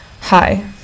Hi